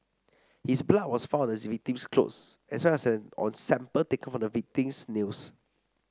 his blood was found on the victim's clothes as well as on sample taken from the victim's nails